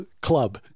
club